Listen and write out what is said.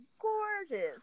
gorgeous